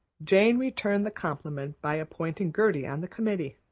jane returned the compliment by appointing gertie on the committee,